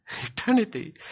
Eternity